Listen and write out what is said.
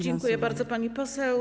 Dziękuję bardzo, pani poseł.